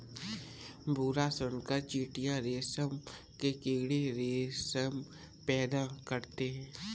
भूरा बुनकर चीटियां रेशम के कीड़े रेशम पैदा करते हैं